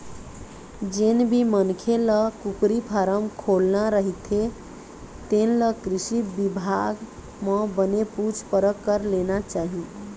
जेन भी मनखे ल कुकरी फारम खोलना रहिथे तेन ल कृषि बिभाग म बने पूछ परख कर लेना चाही